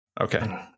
okay